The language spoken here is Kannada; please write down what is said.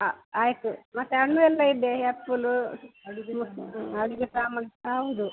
ಆಂ ಆಯಿತು ಮತ್ತು ಹಣ್ಣು ಎಲ್ಲ ಇದೆ ಆ್ಯಪ್ಪುಲೂ ಅಡುಗೆ ಸಾಮಾನು ಹಾಂ ಹೌದು